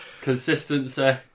consistency